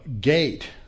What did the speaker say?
gate